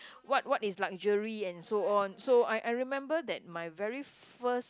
what what is luxury and so on so I I remember that my very first